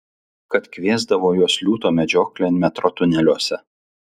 kad kviesdavo juos liūto medžioklėn metro tuneliuose